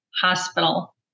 hospital